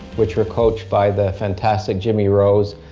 which were coached by the fantastic jimmie rhodes.